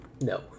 No